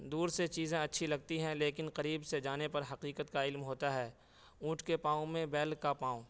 دور سے چیزیں اَچّھی لگتی ہیں لیکن قریب سے جانے پر حقیقت کا علم ہوتا ہے اونٹ کے پاؤں میں بیل کا پاؤں